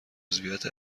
عضویت